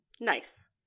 nice